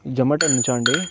జొమాటో నుంచా అండి